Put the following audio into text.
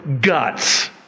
guts